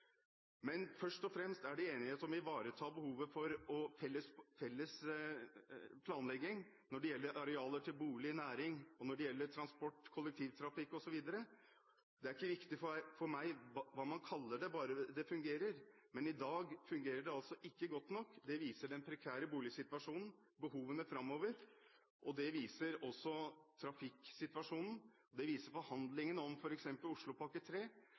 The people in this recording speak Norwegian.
Men først og fremst er det enighet om å ivareta behovet for felles planlegging når det gjelder arealer til bolig/næring, og når det gjelder transport/kollektivtrafikk osv. Det er ikke viktig for meg hva man kaller det, bare det fungerer. Men i dag fungerer det altså ikke godt nok. Det viser den prekære boligsituasjonen og behovene framover, det viser også trafikksituasjonen, og det viser forhandlingene om f.eks. Oslopakke